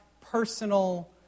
personal